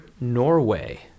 Norway